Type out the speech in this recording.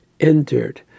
entered